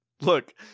look